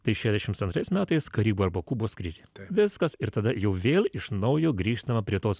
tai šešiasdešimt antrais metais karyba arba kubos krizė tai viskas ir tada jau vėl iš naujo grįžtama prie tos